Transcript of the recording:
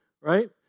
right